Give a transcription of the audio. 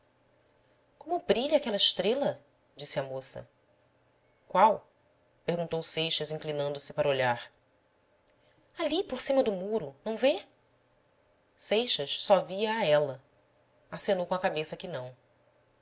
como brilha aquela estrela disse a moça qual perguntou seixas inclinando-se para olhar ali por cima do muro não vê seixas só via a ela acenou com a cabeça que não